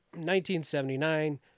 1979